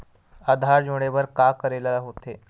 आधार जोड़े बर का करे ला होथे?